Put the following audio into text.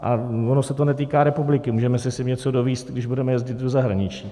A ono se to netýká republiky, můžeme si něco dovézt, když budeme jezdit do zahraničí.